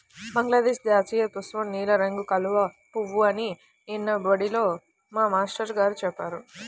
బంగ్లాదేశ్ జాతీయపుష్పం నీలం రంగు కలువ పువ్వు అని నిన్న బడిలో మా మేష్టారు గారు చెప్పారు